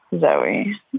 Zoe